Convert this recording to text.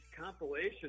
compilation